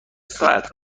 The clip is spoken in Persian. ساعت